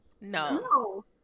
No